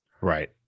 Right